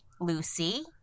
Lucy